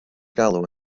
galw